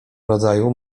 rodzaju